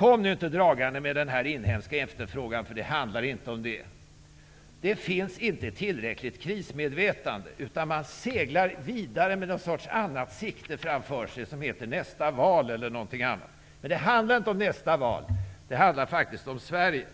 Kom nu inte dragande med den inhemska efterfrågan! Det handlar inte om den. Krismedvetandet är inte tillräckligt. Man seglar vidare med ett annat sikte framför sig som heter nästa val eller någonting annat. Det handlar inte om nästa val. Det handlar faktiskt om Sverige.